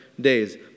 days